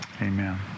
amen